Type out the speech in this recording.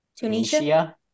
Tunisia